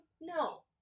No